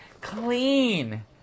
clean